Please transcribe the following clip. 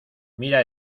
mira